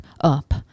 up